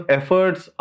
efforts